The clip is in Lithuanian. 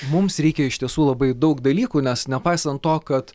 mums reikia iš tiesų labai daug dalykų nes nepaisant to kad